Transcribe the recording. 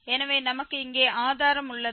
எனவே நமக்கு இங்கே ஆதாரம் உள்ளது